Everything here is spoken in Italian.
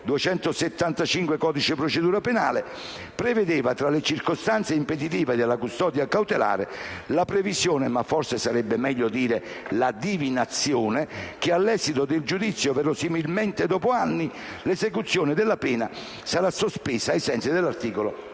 275 del codice di procedura penale, tra le circostanze impeditive della custodia cautelare, conteneva la previsione - forse sarebbe meglio parlare di divinazione - che, all'esito del giudizio, verosimilmente dopo anni, l'esecuzione della pena sarebbe stata sospesa ai sensi dell'articolo